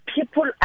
people